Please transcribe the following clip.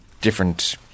different